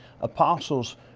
apostles